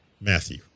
Matthew